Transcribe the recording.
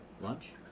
lunch